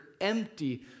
empty